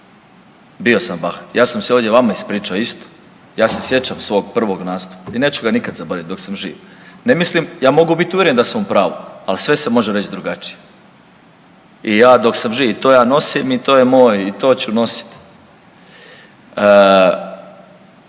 bio sam bahat. Ja sam se ovdje vama ispričao isto, ja se sjećam svog prvog nastupa i neću ga nikad zaboravit dok sam živ. Ne mislim, ja mogu biti uvjeren da sam u pravu, ali sve se može reći drugačije. I ja dok sam živ to ja nosim i to je moj i to ću nositi.